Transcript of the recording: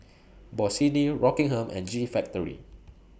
Bossini Rockingham and G Factory